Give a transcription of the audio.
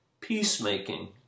peacemaking